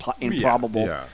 improbable